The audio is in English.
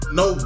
no